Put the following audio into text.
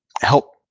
help